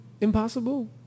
impossible